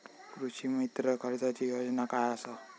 कृषीमित्र कर्जाची योजना काय असा?